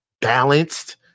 balanced